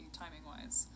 timing-wise